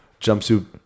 jumpsuit